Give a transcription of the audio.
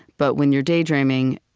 but when you're daydreaming,